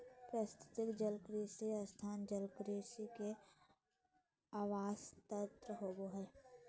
पारिस्थितिकी जलकृषि स्थान जलकृषि के आवास तंत्र होबा हइ